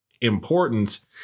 importance